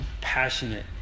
passionate